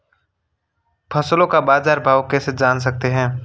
फसलों का बाज़ार भाव कैसे जान सकते हैं?